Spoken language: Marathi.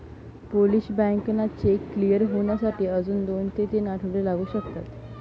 पोलिश बँकांना चेक क्लिअर होण्यासाठी अजून दोन ते तीन आठवडे लागू शकतात